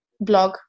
blog